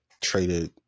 traded